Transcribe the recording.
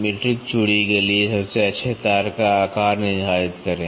metric चूड़ी के लिए सबसे अच्छे तार का आकार निर्धारित करें